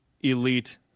elite